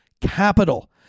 capital